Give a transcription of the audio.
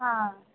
ಹಾಂ